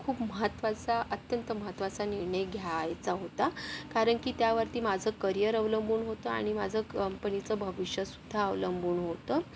महत्वाचा अत्यंत महत्वाचा निर्णय घ्यायचा होता कारण की त्यावरती माझं करिअर अवलंबून होतं आणि माझं कंपनीचं भविष्यसुद्धा अवलंबून होतं